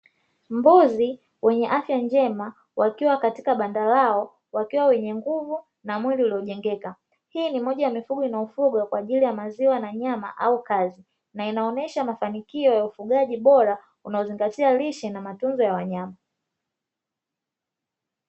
Mbuzi wenye afya njema wakiwa katika banda lao wakiwa wenye nguvu na mwili uliojengeka. Hii ni moja ya mifugo inayofugwa kwa ajili ya maziwa na nyama au kazi, na inaonesha mafanikio ya ufugaji bora unaozingatia lishe na matunzo ya wanyama.